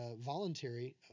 voluntary